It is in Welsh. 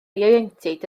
ieuenctid